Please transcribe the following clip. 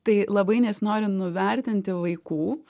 tai labai nesinori nuvertinti vaikų